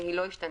והיא לא השתנתה,